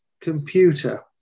Computer